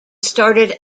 started